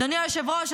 אדוני היושב-ראש,